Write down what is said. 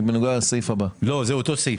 לא, זה אותה העברה